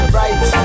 right